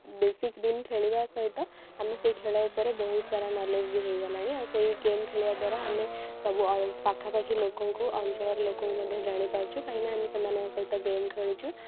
ବେଶିକ୍ ଦିନ ଖେଳିବା ସହିତ ଆମେ ସେଇ ଖେଳ ଉପରେ ବହୁତ ସାରା ନଲେଜ୍ ବି ହେଇଗଲାଣି ଆଉ ସେଇ ଗେମ୍ ଖେଳିବା ଦ୍ଵାରା ଆମେ ସବୁ ପାଖାପାଖି ଲୋକଙ୍କୁ ଅଞ୍ଚଳର ଲୋକଙ୍କୁ ମଧ୍ୟ ଜାଣିପାରୁଛୁ କାହିଁକି ନା ଆମେ ସେମାନଙ୍କ ସହିତ ଗେମ୍ ଖେଳୁଛୁ